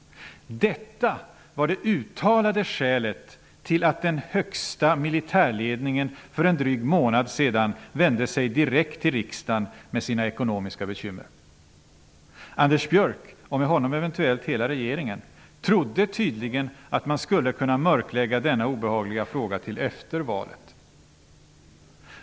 Detta var det uttalade skälet till att den högsta militärledningen för en dryg månad sedan vände sig direkt till riksdagen med sina ekonomiska bekymmer. Anders Björck, och med honom eventuellt hela regeringen, trodde tydligen att man skulle kunna mörklägga denna obehagliga fråga till efter valet.